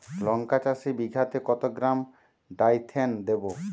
লঙ্কা চাষে বিঘাতে কত গ্রাম ডাইথেন দেবো?